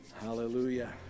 hallelujah